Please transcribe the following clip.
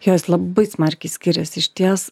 jos labai smarkiai skiriasi išties